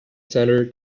centre